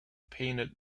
painted